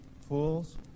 fools